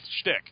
shtick